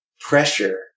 pressure